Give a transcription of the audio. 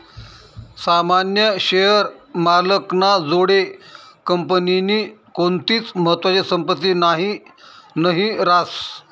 सामान्य शेअर मालक ना जोडे कंपनीनी कोणतीच महत्वानी संपत्ती नही रास